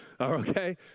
Okay